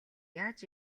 яаж